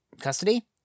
custody